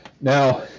Now